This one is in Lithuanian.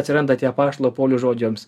atsiranda tie apaštalo pauliaus žodžiams